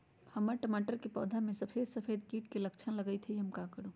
हमर टमाटर के पौधा में सफेद सफेद कीट के लक्षण लगई थई हम का करू?